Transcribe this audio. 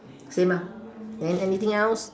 same ah then anything else